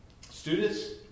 Students